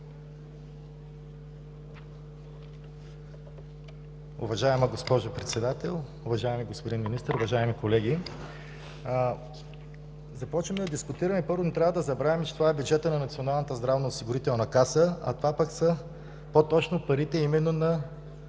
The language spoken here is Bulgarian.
Уважаема госпожо Председател, уважаеми господин Министър, уважаеми колеги! Започваме да дискутираме, но, първо, не трябва да забравяме, че това е бюджетът на Националната здравноосигурителна каса, а пък по-точно това са парите именно на